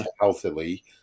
healthily